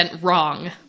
wrong